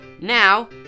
Now